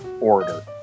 order